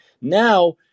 Now